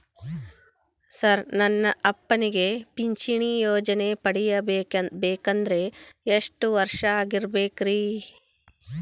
Sir ನನ್ನ ಅಪ್ಪನಿಗೆ ಪಿಂಚಿಣಿ ಯೋಜನೆ ಪಡೆಯಬೇಕಂದ್ರೆ ಎಷ್ಟು ವರ್ಷಾಗಿರಬೇಕ್ರಿ?